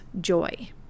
joy